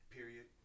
Period